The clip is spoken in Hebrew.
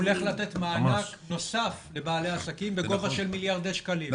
הולך לתת מענק נוסף לבעלי עסקים בגובה של מיליארדי שקלים.